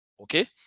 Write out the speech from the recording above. Okay